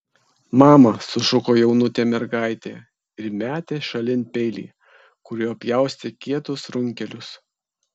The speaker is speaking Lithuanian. mama sušuko jaunutė mergaitė ir metė šalin peilį kuriuo pjaustė kietus runkelius